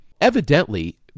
Evidently